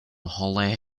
hollie